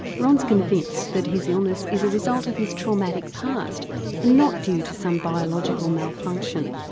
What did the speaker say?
ron's convinced that his illness is a result of his traumatic past and not due to some biological malfunction.